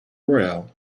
royal